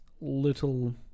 little